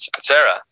Sarah